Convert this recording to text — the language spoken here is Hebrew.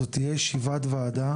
זאת תהייה ישיבת וועדה